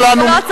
נא לא להפריע.